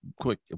quick